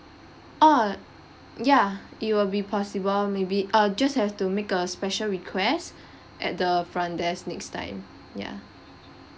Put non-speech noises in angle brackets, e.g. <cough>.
oh uh ya it will be possible maybe I'll just have to make a special request <breath> at the front desk next time ya